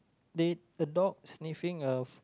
the a dog sniffing as